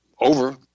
over